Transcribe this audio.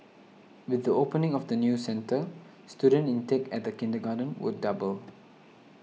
with the opening of the new centre student intake at the kindergarten will double